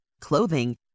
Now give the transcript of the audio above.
clothing